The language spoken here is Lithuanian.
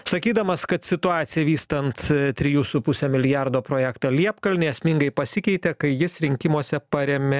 sakydamas kad situacija vystant trijų su puse milijardo projektą liepkalny esmingai pasikeitė kai jis rinkimuose parėmė